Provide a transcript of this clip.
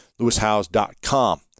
lewishouse.com